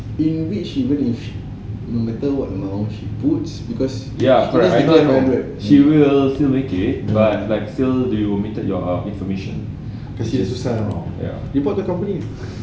in which even if no matter what amount she puts because for us it's below five hundred kasi dia susah report to company